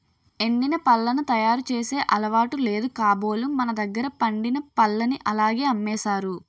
ఎండిన పళ్లను తయారు చేసే అలవాటు లేదు కాబోలు మనదగ్గర పండిన పల్లని అలాగే అమ్మేసారు